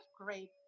great